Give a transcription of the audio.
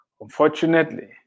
Unfortunately